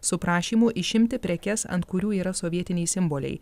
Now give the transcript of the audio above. su prašymu išimti prekes ant kurių yra sovietiniai simboliai